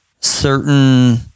certain